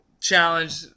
challenge